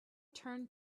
turned